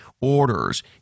orders